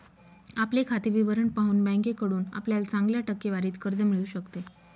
आपले खाते विवरण पाहून बँकेकडून आपल्याला चांगल्या टक्केवारीत कर्ज मिळू शकते